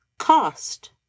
cost